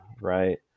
Right